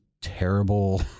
terrible